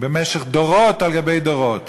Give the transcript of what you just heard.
במשך דורות על גבי דורות,